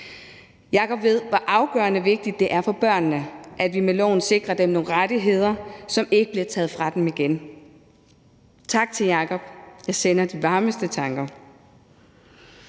Jacob ved, hvor afgørende vigtigt det er for børnene, at vi med loven sikrer dem nogle rettigheder, som ikke bliver taget fra dem igen. Tak til Jacob. Jeg sender de varmeste tanker.